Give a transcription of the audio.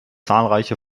zahlreiche